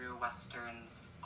Western's